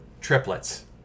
Triplets